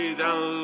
down